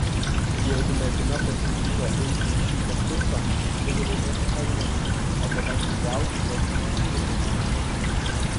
jeigu mergina pasiryžo eiti į šį konkursą turi laimėti karūną arba bent jau gauti kokį nors titulą